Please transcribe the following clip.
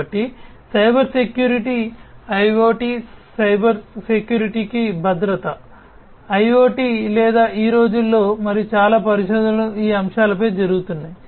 కాబట్టి cyber security IoT సెక్యూరిటీకి భద్రత ఐయోటి లేదా ఈ రోజుల్లో మరియు చాలా పరిశోధనలు ఈ అంశాలపై జరుగుతున్నాయి